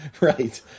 Right